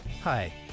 Hi